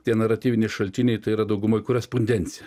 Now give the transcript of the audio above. tie naratyviniai šaltiniai tai yra dauguma korespondencija